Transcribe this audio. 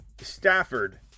stafford